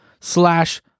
slash